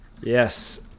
Yes